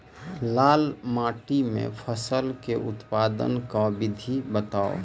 लाल माटि मे फसल केँ उत्पादन केँ विधि बताऊ?